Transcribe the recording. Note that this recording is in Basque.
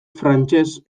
frantses